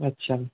আচ্ছা